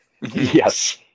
Yes